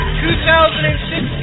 2016